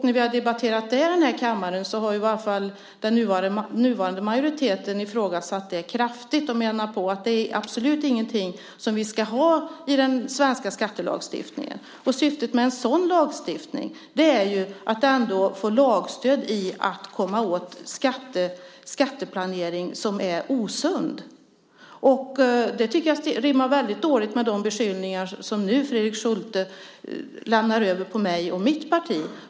När vi har debatterat det här i kammaren har den nuvarande majoriteten ifrågasatt det kraftigt och menat att det absolut inte är någonting som vi ska ha i den svenska skattelagstiftningen. Syftet med en sådan lagstiftning är att få lagstöd för att komma åt osund skatteplanering. Det tycker jag rimmar väldigt dåligt med de beskyllningar som Fredrik Schulte nu gör mot mig och mitt parti.